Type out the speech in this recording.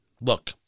Look